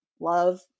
love